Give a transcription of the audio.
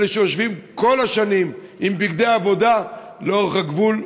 אלה שיושבים כל השנים עם בגדי עבודה לאורך הגבול,